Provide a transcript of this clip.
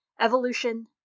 Evolution